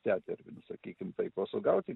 tetervinus sakykim taip o sugauti